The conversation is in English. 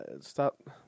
Stop